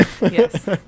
Yes